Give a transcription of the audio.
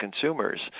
consumers